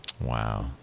Wow